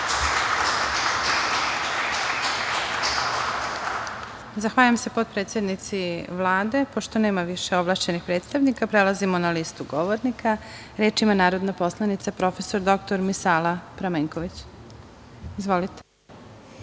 Zahvaljujem se potpredsednici Vlade. Pošto nema više ovlašćenih predstavnika, prelazimo na listu govornika. Reč ima narodna poslanica prof. dr Misala Pramenković. Izvolite.